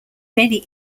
many